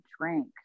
drink